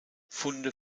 funde